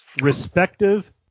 Respective